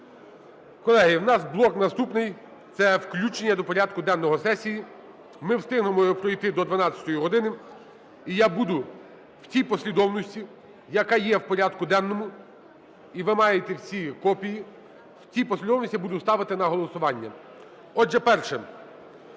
Колеги, у нас блок наступний – це включення до порядку денного сесії. Ми встигнемо його пройти до 12 години. І я буду в цій послідовності, яка є в порядку денному, і ви маєте всі копії, у цій послідовності я буду ставити на голосування. Отже, перше.